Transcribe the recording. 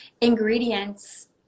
ingredients